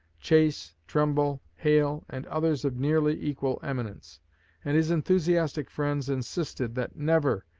chase, trumbull, hale and others of nearly equal eminence and his enthusiastic friends insisted that never,